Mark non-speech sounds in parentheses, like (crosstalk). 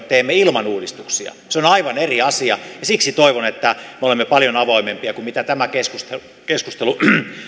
(unintelligible) teemme ilman uudistuksia se on aivan eri asia ja siksi toivon että me olemme paljon avoimempia kuin mitä tämä keskustelu